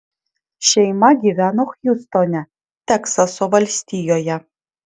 šeima gyveno hjustone teksaso valstijoje